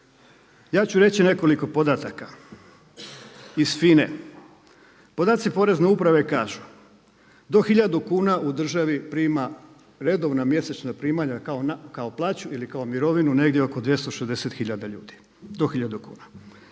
ja ću reći nekoliko podataka iz FINA-e. Podaci porezne uprave kažu do 1000 kuna u državi prima redovna mjesečna primanja kao plaću ili kako mirovinu negdje oko 260 tisuća ljudi do 1000 kuna.